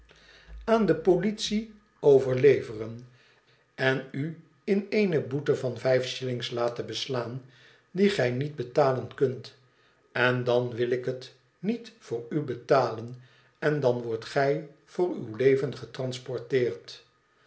aan de politie overleveren en u in eene boete van vijf shillings laten beslaan die gij niet betalen kunt en dan wil ik het niet voor u betalen en dan wordt gij voor tiw leven getransporteerd